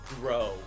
Grow